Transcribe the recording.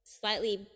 slightly